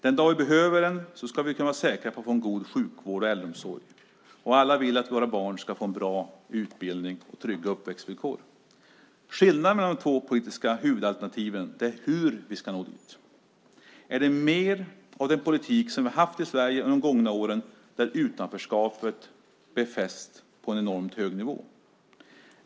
Den dag vi behöver den ska vi kunna vara säkra på att få en god sjukvård och äldreomsorg. Alla vill vi att våra barn ska få en bra utbildning och trygga uppväxtvillkor. Det som skiljer de två politiska huvudalternativen är hur vi ska nå dit. Är det mer av den politik som vi har haft i Sverige under de gångna åren när utanförskapet befästs på en enormt hög nivå?